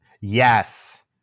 yes